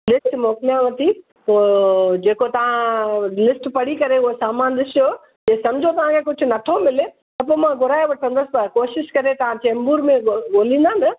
list मोकिलियांव थी पोइ जेको तव्हां लिस्ट पढ़ी करे उहो सामानु ॾिसो जे समुझो तव्हांखे कुझु नथो मिले त मां घुराए वठंदसि त कोशिशि करे तव्हां चेंबूर में ॻोल्हींदा न